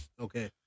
okay